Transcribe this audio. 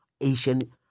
Asian